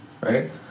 right